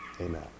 amen